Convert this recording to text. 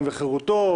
וחירותו,